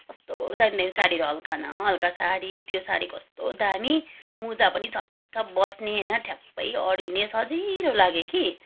कस्तो दामी दामी सारीहरू हलका न हलका सारी त्यो सारी कस्तो दामी मुजा पनि छप छप बस्ने होइन ठ्याप्पै अडिने सजिलो लाग्यो कि